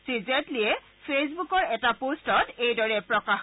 শ্ৰীজেটলীয়ে ফেচবুকৰ এটা পোষ্টত এইদৰে প্ৰকাশ কৰে